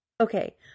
Okay